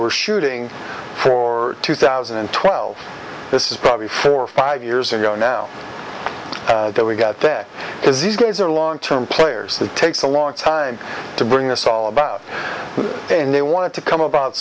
were shooting for two thousand and twelve this is probably four or five years ago now that we got there as these guys are long term players that takes a long time to bring this all about and they want to come about